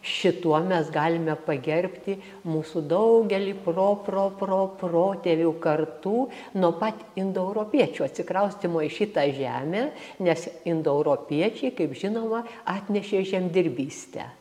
šituo mes galime pagerbti mūsų daugelį proproproprotėvių kartų nuo pat indoeuropiečių atsikraustymo į šitą žemę nes indoeuropiečiai kaip žinoma atnešė žemdirbystę